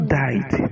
died